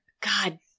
God